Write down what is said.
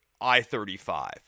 i-35